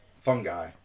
fungi